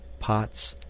pots,